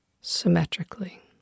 symmetrically